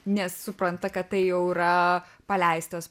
nes supranta kad tai jau yra paleistas